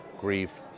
grief